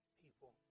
people